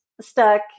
stuck